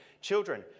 Children